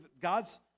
God's